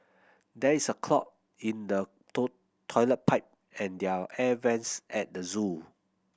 there is a clog in the toe toilet pipe and their air vents at the zoo